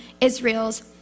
Israel's